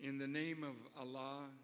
in the name of a la